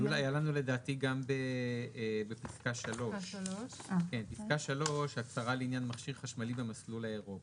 היה לנו הערות גם לפסקה (3) "הצהרה לעניין מכשיר חשמלי במלול האירופי".